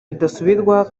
bidasubirwaho